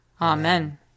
Amen